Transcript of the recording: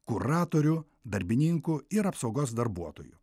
kuratorių darbininkų ir apsaugos darbuotojų